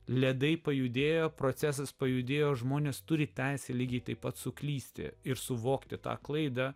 ledai pajudėjo procesas pajudėjo žmonės turi teisę lygiai taip pat suklysti ir suvokti tą klaidą